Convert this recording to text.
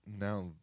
now